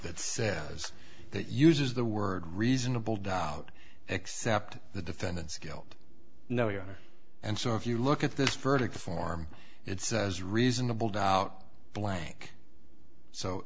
that says that uses the word reasonable doubt except the defendant's guilt no you and so if you look at this verdict form it says reasonable doubt blank so